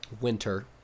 winter